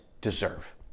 deserve